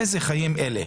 איזה חיים אלה.